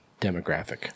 demographic